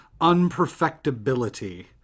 unperfectibility